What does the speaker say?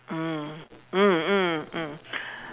mm mm mm mm